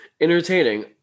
entertaining